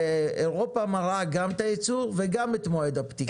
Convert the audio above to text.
ואירופה מראה גם את הייצור וגם את מועד הפתיחה.